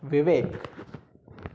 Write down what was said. Vivek